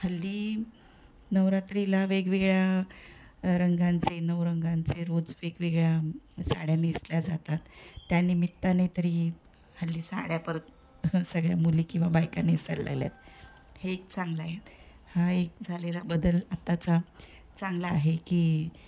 हल्ली नवरात्रीला वेगवेगळ्या रंगांचे नऊ रंगांचे रोज वेगवेगळ्या साड्या नेसल्या जातात त्या निमीत्ताने तरी हल्ली साड्या परत सगळ्या मुली किंवा बायका नेसायला लागल्या आहेत हे एक चांगलं आहे हा एक झालेला बदल आत्ताचा चांगला आहे की